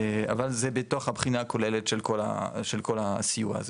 אבל זה בתוך הבחינה הכוללת של כל הסיוע הזה.